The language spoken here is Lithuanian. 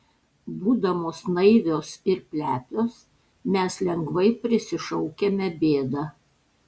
būdamos naivios ir plepios mes lengvai prisišaukiame bėdą